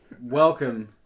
welcome